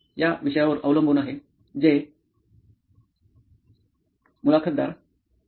तर हे या विषयावर अवलंबून आहे जे मुलाखत कर्ता विषय आणि आपली आवड